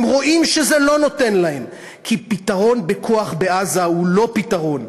הם רואים שזה לא נותן להם כי פתרון בכוח בעזה הוא לא פתרון.